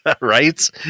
Right